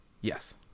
Yes